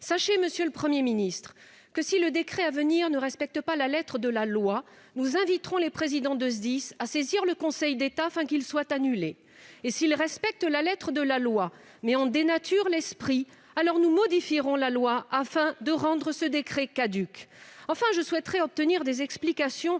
Sachez, monsieur le Premier ministre, que, si le décret à venir ne respectait pas la lettre de la loi, nous inviterions les présidents de SDIS à saisir le Conseil d'État afin que le décret soit annulé. Et si celui-ci respectait la lettre de la loi, mais en dénaturait l'esprit, nous modifierions la loi afin de le rendre caduc. Très bien ! Enfin, je souhaiterais obtenir des explications